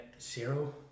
Zero